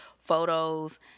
photos